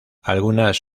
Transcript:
algunas